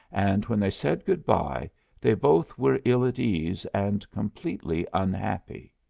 and when they said good-by they both were ill at ease and completely unhappy.